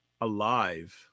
alive